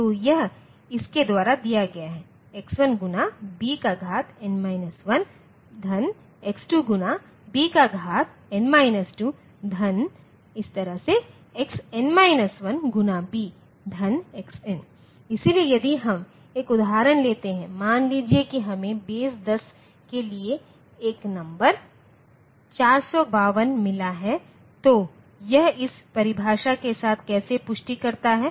तो यह इसके द्वारा दिया गया है x1 bn 1 x2 bn 2 xn 1 b xn इसलिए यदि हम एक उदाहरण लेते हैं मान लीजिए कि हमें बेस 10 के लिए एक नंबर 452 मिला है तो यह इस परिभाषा के साथ कैसे पुष्टि करता है